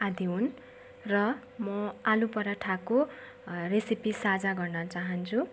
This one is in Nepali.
आदि हुन् र म आलु पराठाको रेसिपी साझा गर्न चाहन्छु